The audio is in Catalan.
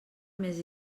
més